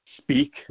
speak